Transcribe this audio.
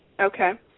Okay